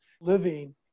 living